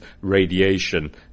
radiation